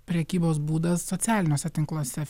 prekybos būdas socialiniuose tinkluose